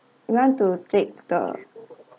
you want to take the